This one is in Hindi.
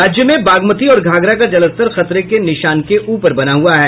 राज्य में बागमती और घाघरा का जलस्तर खतरे के निशान के ऊपर बना हुआ है